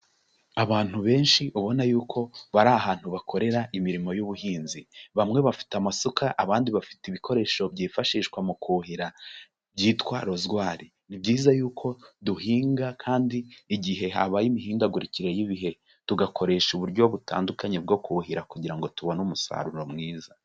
Abantu benshi ubona yuko bari ahantu bakorera imirimo y'ubuhinzi, bamwe bafite amasuka, abandi bafite ibikoresho byifashishwa mu kuhira byitwa rozwari. Ni byiza yuko duhinga kandi igihe habaye imihindagurikire y'ibihe tugakoresha uburyo butandukanye bwo kuwuhira kugira ngo tubone umusaruro mwiza.